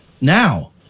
now